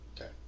Okay